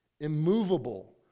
immovable